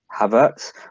Havertz